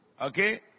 Okay